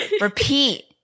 repeat